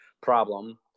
problem